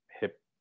hip